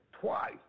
twice